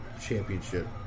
Championship